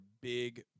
big